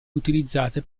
utilizzata